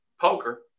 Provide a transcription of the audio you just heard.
poker